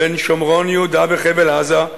בין שומרון, יהודה וחבל-עזה,